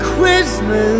Christmas